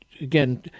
again